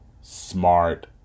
smart